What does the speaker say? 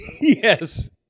Yes